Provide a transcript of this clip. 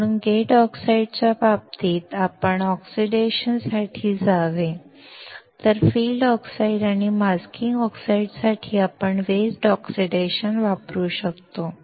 म्हणून गेट ऑक्साईडच्या बाबतीत आपण ऑक्सिडेशन साठी जावे तर फील्ड ऑक्साईड किंवा मास्किंग ऑक्साइडसाठी आपण वेट ऑक्सिडेशन वापरू शकतो